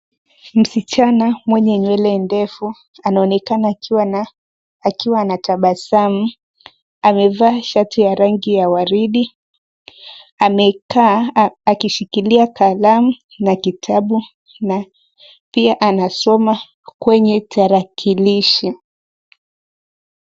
Msichana mwenye nywele ndefu anaonekana akiwa na tabasamu. Amevaa shati ya rangi ya waridi. Amekaa akishikilia kalamu na kitabu na pia anasoma kwenye tarakilishi.